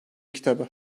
kitabı